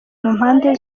mpande